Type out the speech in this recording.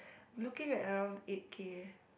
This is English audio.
looking at around eight K